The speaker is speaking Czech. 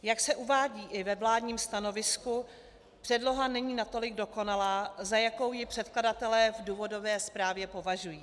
Jak se uvádí i ve vládním stanovisku, předloha není natolik dokonalá, za jakou ji předkladatelé v důvodové zprávě považují.